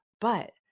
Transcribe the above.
But-